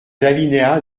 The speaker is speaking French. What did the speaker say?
alinéas